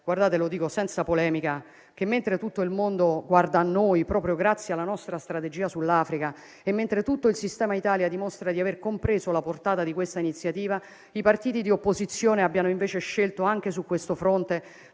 guardate, lo dico senza polemica - che, mentre tutto il mondo guarda a noi, proprio grazie alla nostra strategia sull'Africa, e mentre tutto il sistema Italia dimostra di aver compreso la portata di questa iniziativa, i partiti di opposizione abbiano invece scelto, anche su questo fronte,